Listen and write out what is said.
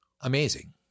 amazing